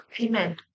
Amen